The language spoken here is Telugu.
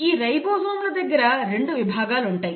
ఈ రైబోజోమ్ల దగ్గర రెండు విభాగాలు ఉంటాయి